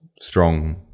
strong